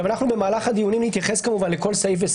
במהלך הדיונים נתייחס לכל סעיף.